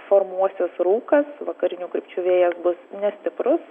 formuosis rūkas vakarinių krypčių vėjas bus nestiprus